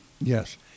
Yes